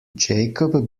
jacob